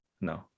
no